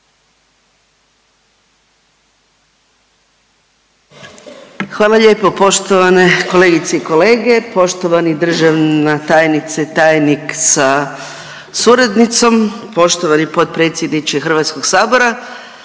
Hvala lijepo. Poštovane kolegice i kolege, poštovani državna tajnice, tajnik sa suradnicom, poštovani potpredsjedniče HS. Evo točno